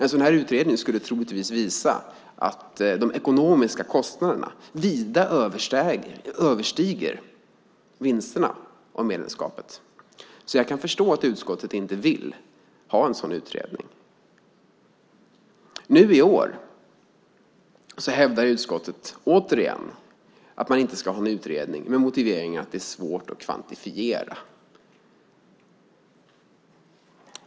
En sådan här utredning skulle troligen visa att de ekonomiska kostnaderna vida överstiger vinsterna med medlemskapet. Jag kan alltså förstå att utskottet inte vill ha en sådan utredning. I år hävdar utskottet återigen att man inte ska ha någon utredning med motiveringen att det är svårt att kvantifiera.